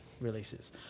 releases